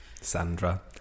Sandra